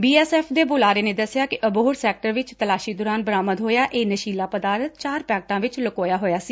B S F ਦੇ ਬੁਲਾਰੇ ਨੇ ਦੱਸਿਆ ਕਿ ਅਬਹੋਰ ਸੈਕਟਰ ਵਿੱਚ ਤਲਾਸ਼ੀ ਦੌਰਾਨ ਬਰਾਮਦ ਹੋਇਆ ਇਹ ਨਸ਼ੀਲਾ ਪਦਾਰਬ ਚਾਰ ਪੈਕਟਾ ਵਿਚ ਲਕੋਇਆ ਹੋਇਆ ਸੀ